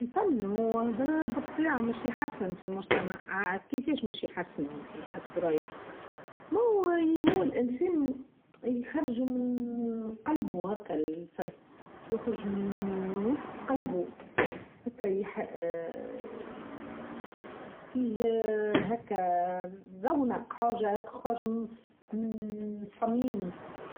بطبيعة ما شي يحسن في المجتمع عاا كيفاش مش يحسنوا انتي حسب رأيك هو الإنسان يخرج من قلبه هاكه الفرد يخرج من وسط قلبه هاكه فيه هاكه ذونك خارج من صميم.